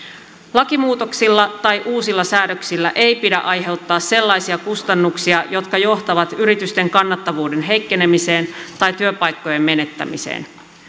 lakimuutoksilla tai uusilla säädöksillä ei pidä aiheuttaa sellaisia kustannuksia jotka johtavat yritysten kannattavuuden heikkenemiseen tai työpaikkojen menettämiseen